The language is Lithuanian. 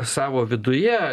savo viduje